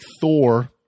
Thor